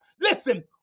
Listen